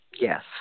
Yes